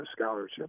scholarship